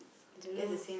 I don't know